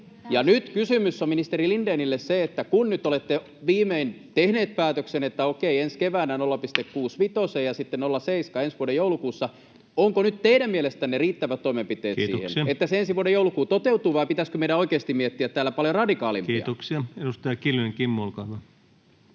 nyt kysymys on ministeri Lindénille se, että kun nyt olette viimein tehneet päätöksen, että okei, ensi keväänä mennään 0,65:een ja sitten ensi vuoden joulukuussa 0,7:ään, niin onko nyt teidän mielestänne riittävät toimenpiteet siihen, [Puhemies: Kiitoksia!] että se ensi vuoden joulukuu toteutuu, vai pitäisikö meidän oikeasti miettiä täällä paljon radikaalimpia toimia. Kiitoksia. — Edustaja Kiljunen, Kimmo, olkaa hyvä.